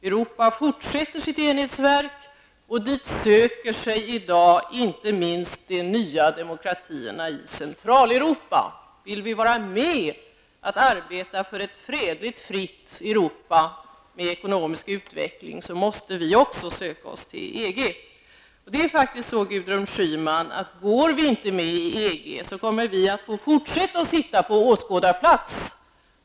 Europa fortsätter sitt enhetsverk, och dit söker sig i dag inte minst de nya demokratierna i Centraleuropa. Vill Sverige vara med att arbeta för ett fredligt och fritt Europa med ekonomisk utveckling, måste vi också söka oss till Går Sverige inte med i EG, Gudrun Schyman, kommer vi att fortsätta att sitta på åskådarplats.